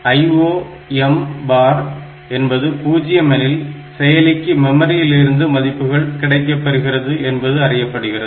IOM bar IOM bar என்பது 0 எனில் செயலிக்கு மெமரியில் இருந்து மதிப்புகள் கிடைக்கப்பெறுகிறது என்பது அறியப்படுகிறது